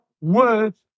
words